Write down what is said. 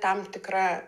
tam tikra